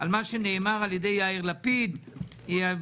כן.